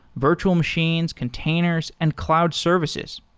virtual machines, containers and cloud services.